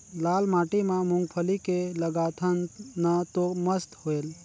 लाल माटी म मुंगफली के लगाथन न तो मस्त होयल?